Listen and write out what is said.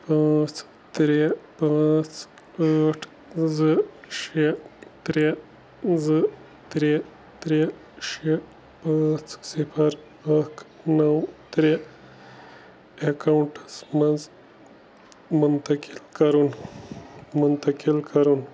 پانٛژھ ترٛےٚ پانٛژھ ٲٹھ زٕ شےٚ ترٛےٚ زٕ ترٛےٚ ترٛےٚ شےٚ پانٛژھ صِفَر اَکھ نَو ترٛےٚ ایٚکاونٛٹَس منٛز منتقل کَرُن منتقل کَرُن